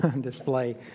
display